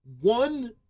one